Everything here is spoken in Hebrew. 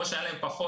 שמראש היה להם פחות,